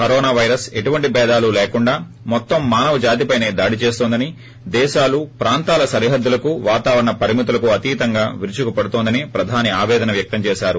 corona virus ఎటువంటి భేదాలు లేకుండా మొత్తం మానవ జాతిపైనే దాడి చేస్తోందని దేశాలు ప్రాంతాల సరిహద్దులకు వాతావరణ పరిమితులకు అతీతంగా విరుచుకు పడుతోందని ప్రధాని ఆపేదన వ్యక్తం చేశారు